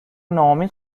ناامید